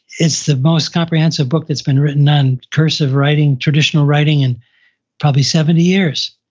it's the most comprehensive book that's been written on cursive writing, traditional writing, in probably seventy years.